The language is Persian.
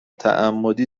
تعمدی